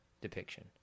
depiction